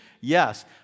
Yes